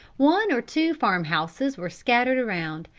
one or two farm-houses were scattered around,